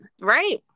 Right